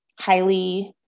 highly